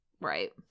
right